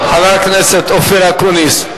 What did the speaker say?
חבר הכנסת אופיר אקוניס,